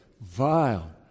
vile